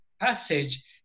passage